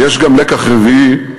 ויש גם לקח רביעי: